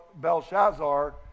Belshazzar